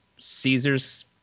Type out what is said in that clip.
Caesar's